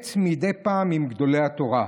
התייעץ מדי פעם עם גדולי התורה,